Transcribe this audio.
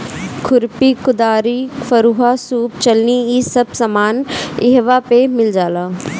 खुरपी, कुदारी, फरूहा, सूप चलनी इ सब सामान इहवा पे मिल जाला